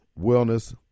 Wellness